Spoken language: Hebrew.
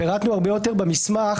פירטנו הרבה יותר במסמך,